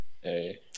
hey